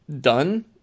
done